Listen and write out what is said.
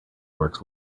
works